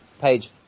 page